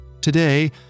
Today